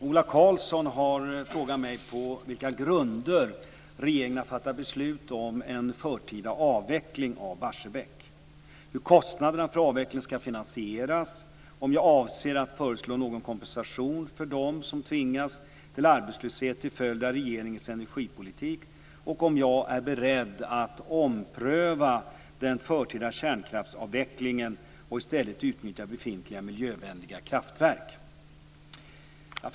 Ola Karlsson har frågat mig på vilka grunder regeringen har fattat beslut om en förtida avveckling av Barsebäck, hur kostnaderna för avvecklingen ska finansieras, om jag avser att föreslå någon kompensation för dem som tvingas till arbetslöshet till följd av regeringens energipolitik och om jag är beredd att ompröva den förtida kärnkraftsavvecklingen och i stället utnyttja befintliga miljövänliga kraftverk.